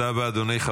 תודה רבה, אדוני.